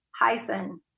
hyphen